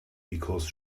because